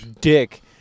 dick